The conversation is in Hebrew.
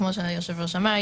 כמו שהיושב ראש אמר,